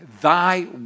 thy